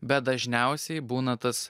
bet dažniausiai būna tas